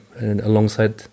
alongside